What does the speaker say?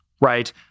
right